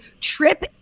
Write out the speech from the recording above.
trip